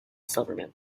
silverman